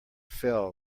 fell